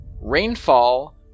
Rainfall